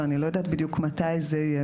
ואני לא יודעת בדיוק מתי זה יהיה.